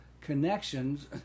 connections